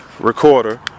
recorder